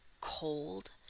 cold